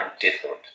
different